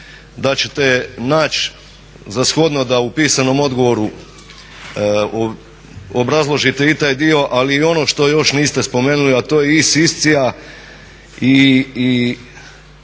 da ćete naći za shodno da u pisanom odgovoru obrazložite i taj dio, ali i ono što još niste spomenuli, a to je i Siscia i